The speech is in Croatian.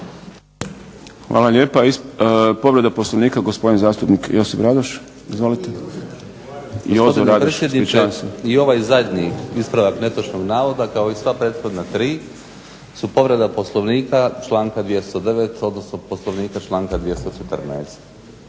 Hvala lijepa. Povreda Poslovnika gospodin zastupnik Jozo Radoš. **Radoš, Jozo (HNS)** Gospodine predsjedniče i ovaj zadnji ispravak netočnog navoda kao i sva prethodna tri su povreda Poslovnika članka 209. odnosno Poslovnika članka 214.